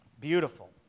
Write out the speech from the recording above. Beautiful